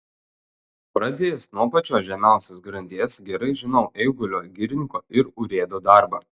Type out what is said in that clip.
pradėjęs nuo pačios žemiausios grandies gerai žinau eigulio girininko ir urėdo darbą